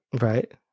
Right